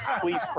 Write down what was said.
Please